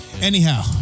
Anyhow